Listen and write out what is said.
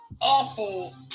awful